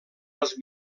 els